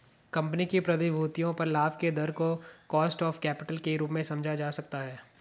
company की प्रतिभूतियों पर लाभ के दर को कॉस्ट ऑफ कैपिटल के रूप में समझा जा सकता है